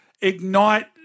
ignite